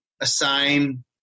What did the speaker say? assign